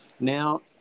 Now